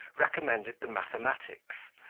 recommended the mathematics,